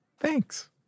thanks